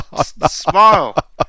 smile